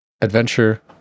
adventure